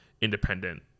independent